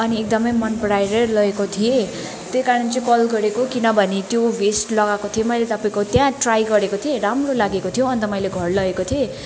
अनि एकदमै मनपराएरै लगेको थिएँ त्यही कारण चाहिँ कल गरेको किनभने त्यो भेस्ट लगाएको थिएँ मैले तपाईँको त्यहाँ ट्राई गरेको थिएँ राम्रो लागेको थियो अन्त मैले घर लगेको थिएँ